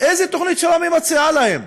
היא מציעה להם?